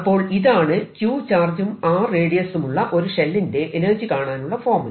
അപ്പോൾ ഇതാണ് Q ചാർജും R റേഡിയസുമുള്ള ഒരു ഷെല്ലിന്റെ എനർജി കാണാനുള്ള ഫോർമുല